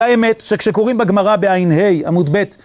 האמת שכשקוראים בגמרא בע"ה עמוד ב'